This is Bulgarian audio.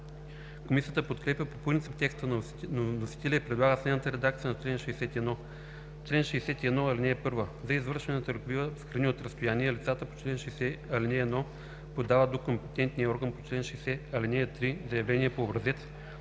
Комисията подкрепя по принцип текста на вносителя и предлага следната редакция на чл. 61: „Чл. 61. (1) За извършване на търговия с храни от разстояние лицата по чл. 60, ал. 1 подават до компетентния орган по чл. 60, ал. 3 заявление по образец,